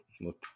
look